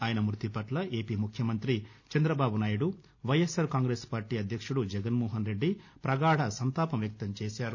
ఆయన మృతిపట్ల ఏపీ ముఖ్యమంతి చంద్రబాబునాయుడు వైఎస్సార్ కాంగ్రెస్ పార్టీ అధ్యక్షుడు జగన్మోహన్రెడ్డి ప్రపగాధ సంతాపం వ్యక్తం చేశారు